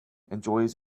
enjoys